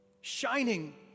shining